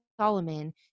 Solomon